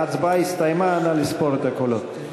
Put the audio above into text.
ההצבעה הסתיימה, נא לספור את הקולות.